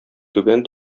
түбән